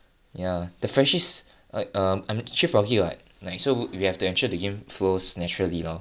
ya the freshies like um I'm a chief of game right like so we have to ensure the game flows naturally loh